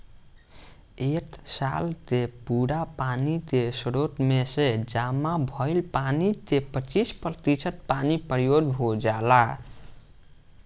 एक साल के पूरा पानी के स्रोत में से जामा भईल पानी के पच्चीस प्रतिशत पानी प्रयोग हो जाला